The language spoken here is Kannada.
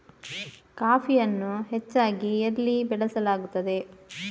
ಕಾಫಿಯನ್ನು ಹೆಚ್ಚಾಗಿ ಎಲ್ಲಿ ಬೆಳಸಲಾಗುತ್ತದೆ?